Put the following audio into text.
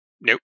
Nope